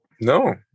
no